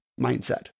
mindset